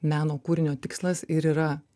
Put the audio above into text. meno kūrinio tikslas ir yra